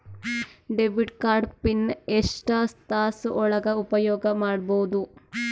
Debit card pin ಎಷ್ಟ ತಾಸ ಒಳಗ ಉಪಯೋಗ ಮಾಡ್ಬಹುದು?